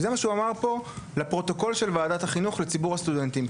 זה מה שהוא אמר פה לפרוטוקול של ועדת החינוך לציבור הסטודנטים.